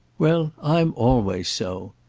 well, i'm always so.